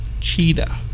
Cheetah